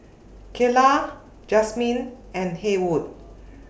Keyla Jazmyn and Haywood